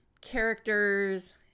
characters